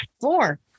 four